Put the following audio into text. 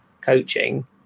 coaching